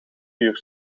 vuur